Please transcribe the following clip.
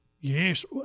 Yes